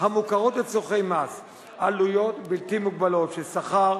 המוכרות לצורכי מס עלויות בלתי מוגבלות של שכר,